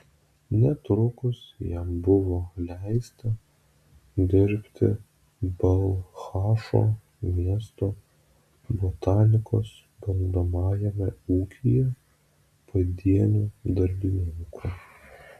netrukus jam buvo leista dirbti balchašo miesto botanikos bandomajame ūkyje padieniu darbininku